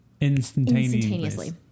instantaneously